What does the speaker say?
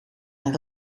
een